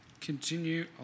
Continue